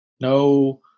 No